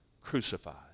crucified